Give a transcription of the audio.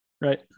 Right